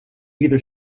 either